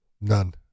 None